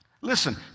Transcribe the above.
listen